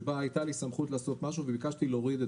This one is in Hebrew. שבה היתה לי סמכות לעשות משהו וביקשתי להורידו.